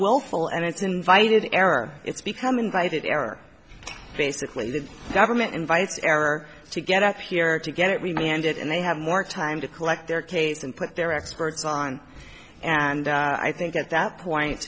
willful and it's invited error it's become invited error basically the government invites error to get up here to get it we may end it and they have more time to collect their case and put their experts on and i think at that point